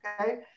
okay